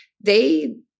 They-